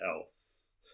else